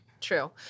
true